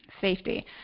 Safety